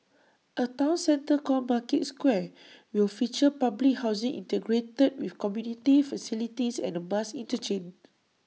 A Town centre called market square will feature public housing integrated with community facilities and A bus interchange